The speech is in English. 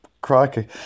crikey